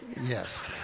Yes